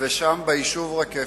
ביישוב רקפת,